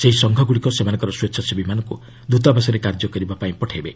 ସେହି ସଂଘମାନେ ସେମାନଙ୍କର ସ୍ୱେଚ୍ଛାସେବୀମାନଙ୍କୁ ଦ୍ୱତାବାସରେ କାର୍ଯ୍ୟ କରିବାପାଇଁ ପଠାଇାବେ